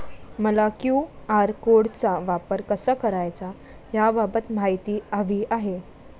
मला क्यू.आर कोडचा वापर कसा करायचा याबाबत माहिती हवी आहे